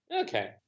Okay